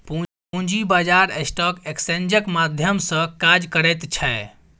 पूंजी बाजार स्टॉक एक्सेन्जक माध्यम सँ काज करैत छै